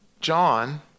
John